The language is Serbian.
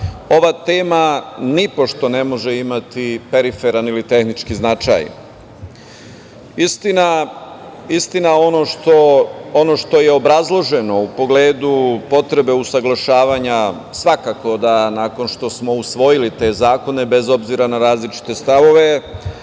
ova tema nipošto ne može imati periferan ili tehnički značaj. Istina, ono što je obrazloženo u pogledu potrebe usaglašavanja svakako da nakon što smo usvojili te zakone, bez obzira na različite stavove,